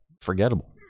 forgettable